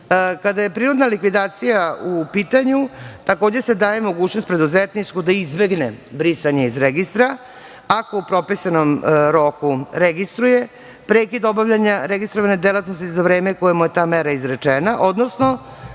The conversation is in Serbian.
je prinudna likvidacija u pitanju, takođe se daje mogućnost preduzetniku da izbegne brisanje iz registra ako u propisanom roku registruje prekid obavljanja registrovane delatnosti za vreme za koje mu je ta mera izrečena, odnosno